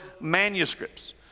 manuscripts